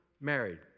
married